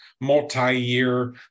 multi-year